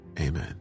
amen